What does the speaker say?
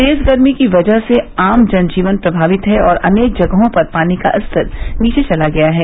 तेज़ गर्मी की वजह से आम जन जीवन प्रभावित है और अनेक जगहों पर पानी का स्तर काफी नीचे चला गया है